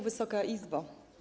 Wysoka Izbo!